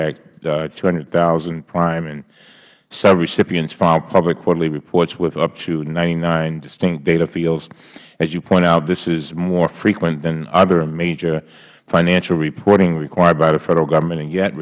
act two hundred thousand prime and sub recipients file public quarterly reports with up to ninety nine distinct data fields as you point out this is more frequent than other major financial reporting required by the federal government and yet